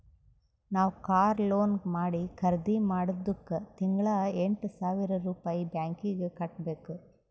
ನಾವ್ car loan ಮಾಡಿ ಖರ್ದಿ ಮಾಡಿದ್ದುಕ್ ತಿಂಗಳಾ ಎಂಟ್ ಸಾವಿರ್ ರುಪಾಯಿ ಬ್ಯಾಂಕೀಗಿ ಕಟ್ಟಬೇಕ್